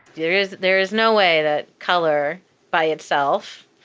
there is there is no way that color by itself,